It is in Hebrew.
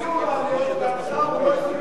היא היתה מתנגדת לסיפור הזה.